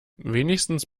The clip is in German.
wenigstens